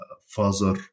father